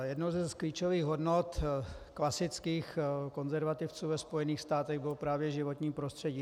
Jednou z klíčových hodnot klasických konzervativců ve Spojených státech bylo právě životní prostředí.